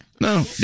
No